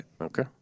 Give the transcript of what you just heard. Okay